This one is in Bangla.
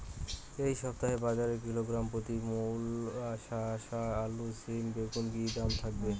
এই সপ্তাহে বাজারে কিলোগ্রাম প্রতি মূলা শসা আলু সিম বেগুনের কী দাম থাকবে?